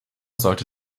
sollte